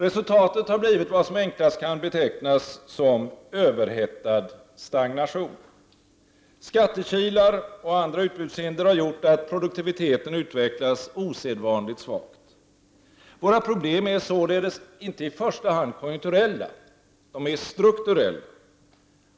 Resultatet har blivit vad som enklast kan betecknas som överhettad stagnation. Skattekilar och andra utbudshinder har gjort att produktiviteten utvecklas osedvanligt svagt. Våra problem är således inte i första hand konjunkturella. De är strukturella.